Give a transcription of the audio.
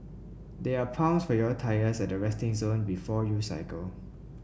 there are pumps for your tyres at the resting zone before you cycle